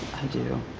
do.